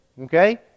okay